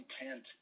intent